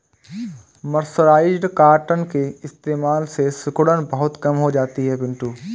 mercerised cotton के इस्तेमाल से सिकुड़न बहुत कम हो जाती है पिंटू